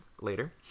later